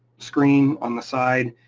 screen on the side,